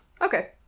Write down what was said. Okay